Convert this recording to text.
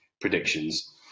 predictions